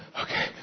Okay